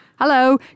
Hello